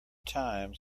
time